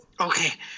Okay